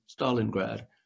Stalingrad